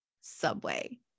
Subway